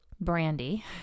Brandy